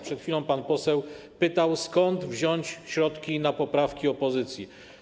Przed chwilą pan poseł pytał, skąd wziąć środki na poprawki opozycji.